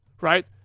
right